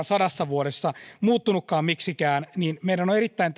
sadassa vuodessa muuttunutkaan miksikään pitämään huoli siitä se on erittäin